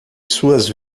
suas